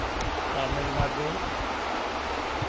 Tamil Nadu